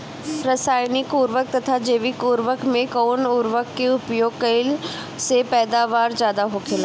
रसायनिक उर्वरक तथा जैविक उर्वरक में कउन उर्वरक के उपयोग कइला से पैदावार ज्यादा होखेला?